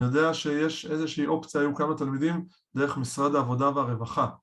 אני יודע שיש איזושהי אופציה, היו כמה תלמידים ‫דרך משרד העבודה והרווחה.